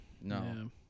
No